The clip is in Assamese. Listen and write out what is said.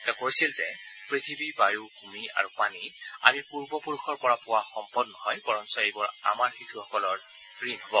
তেওঁ কয় যে পৃথিৱী বায়ু ভূমি আৰু পানী সম্পদ আমি পূৰ্ব পুৰুষৰ পৰা পোৱা সম্পদ নহয় বৰঞ্চ এইবোৰ আমাৰ শিশুসকলৰ ঋণ হব